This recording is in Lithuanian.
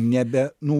nebe nu